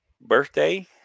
birthday